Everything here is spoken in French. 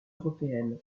européennes